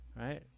right